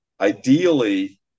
ideally